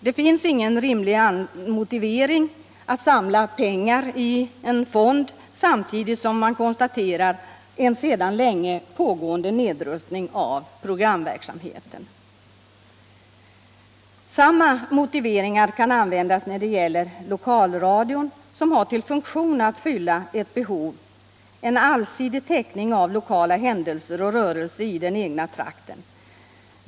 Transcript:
Det finns ingen rimlig anledning att samla pengar i en fond samtidigt som man konstaterar en sedan länge pågående nedrustning av programverksamheten. Samma motivering kan användas när det gäller lokalradion, som skall fylla behovet av en allsidig täckning av lokala händelser och rörelser i den egna trakten.